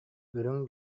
үрүҥ